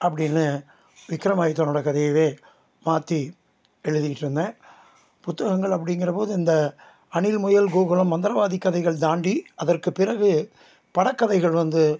அப்படின்னு விக்ரமாதித்தனோடு கதையவே மாற்றி எழுதிக்கிட்டு இருந்தேன் புத்தகங்கள் அப்படிங்கிறபோது இந்த அணில் முயல் கோகுலம் மந்திரவாதி கதைகள் தாண்டி அதற்கு பிறகு படக் கதைகள் வந்து